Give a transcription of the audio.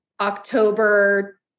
October